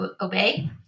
obey